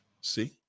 see